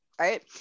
Right